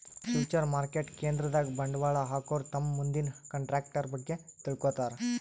future market ಕೇಂದ್ರದಾಗ್ ಬಂಡವಾಳ್ ಹಾಕೋರು ತಮ್ ಮುಂದಿನ ಕಂಟ್ರಾಕ್ಟರ್ ಬಗ್ಗೆ ತಿಳ್ಕೋತಾರ್